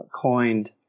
coined